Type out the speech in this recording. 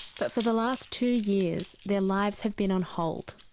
but for the last two years, their lives have been on hold.